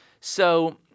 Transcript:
So-